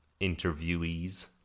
interviewees